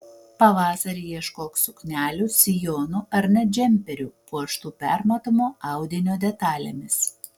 pavasarį ieškok suknelių sijonų ar net džemperių puoštų permatomo audinio detalėmis